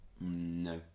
No